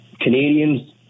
Canadians